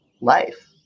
life